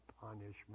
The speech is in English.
punishment